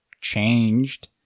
changed